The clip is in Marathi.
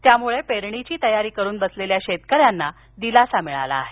त्यामुळे पेरणीची तयारी करुन बसलेल्या शेतकऱ्यांना दिलासा मिळत आहे